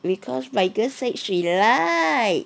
because my girl said she like